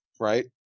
right